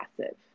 passive